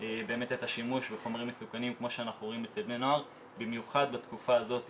לא רק מבחינת שימוש בחומרים מסוכנים של בני ובנות נוער בתקופה האחרונה,